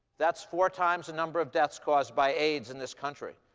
that's four times the number of deaths caused by aids in this country.